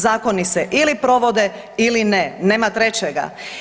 Zakoni se ili provode ili ne, nema trećega.